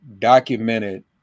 documented